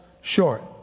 short